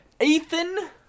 Ethan